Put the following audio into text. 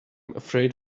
afraid